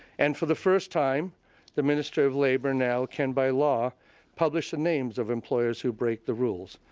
and for the first time the minister of labour now can by law publish the names of employers who break the rules.